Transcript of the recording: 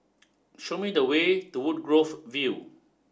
show me the way to Woodgrove View